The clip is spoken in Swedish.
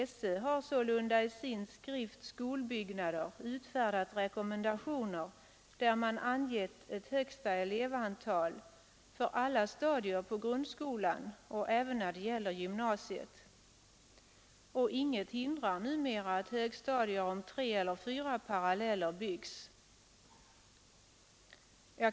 Sålunda har SÖ i sin skrift ”Skolbyggnader” utfärdat rekommendationer där man angett ett högsta elevantal för alla stadier på grundskolan och även när det gäller gymnasiet, och inget hindrar numera att högstadieskolor om tre eller fyra paralleller byggs.